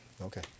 Okay